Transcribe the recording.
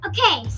Okay